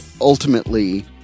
ultimately